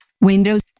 windows